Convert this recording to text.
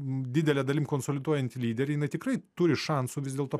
didele dalim konsoliduojantį lyderį jinai tikrai turi šansų vis dėlto